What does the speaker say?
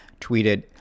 tweeted